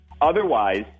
Otherwise